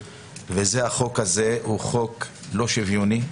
החוק הזה הוא חוק לא שוויוני.